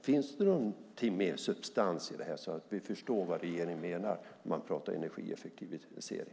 Finns det någonting med mer substans i det här, så att vi kan förstå vad regeringen menar när man pratar om energieffektivisering?